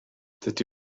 dydy